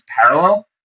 parallel